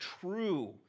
true